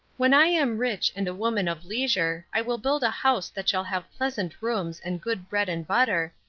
when i am rich and a woman of leisure, i will build a house that shall have pleasant rooms and good bread and butter,